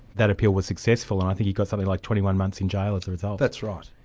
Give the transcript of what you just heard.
that appeal was successful, and i think he got something like twenty one months in jail as a result. that's right.